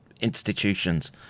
institutions